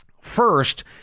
First